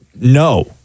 No